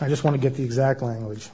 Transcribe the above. i just want to get the exact language